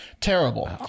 Terrible